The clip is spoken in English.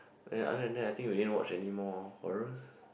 and other than that I think we didn't watch anymore horrors